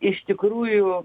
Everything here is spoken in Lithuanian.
iš tikrųjų